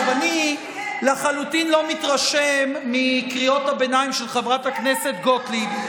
--- אני לחלוטין לא מתרשם מקריאות הביניים של חברת הכנסת גוטליב,